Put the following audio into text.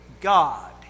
God